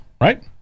right